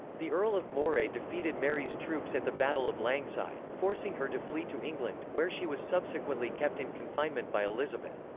the earl of moray defeated mary's troops at the battle of langside, forcing her to flee to england, where she was subsequently kept in confinement by elizabeth.